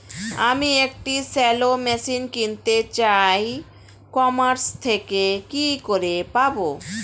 আমি একটি shallow machine কিনতে চাই ই কমার্স থেকে কি করে পাবো?